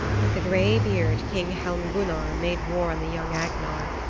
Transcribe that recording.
but the gray-beard king helmgunnar made war on the young agnar.